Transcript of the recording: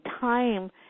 time